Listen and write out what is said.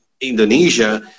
indonesia